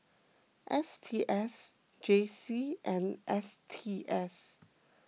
S T S J C and S T S